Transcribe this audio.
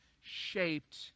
shaped